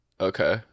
Okay